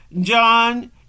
John